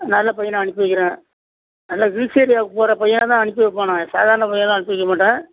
நல்ல பையனாக அனுப்பி வைக்கிறேன் நல்ல ஹில்ஸ் ஏரியாவுக்கு போகிற பையனாக அனுப்பி வைப்பேன் நான் சாதாரண பையனாக அனுப்பி வைக்க மாட்டேன்